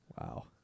Wow